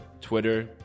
Twitter